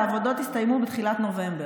והעבודות הסתיימו בתחילת נובמבר.